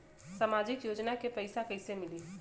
सामाजिक योजना के पैसा कइसे मिली?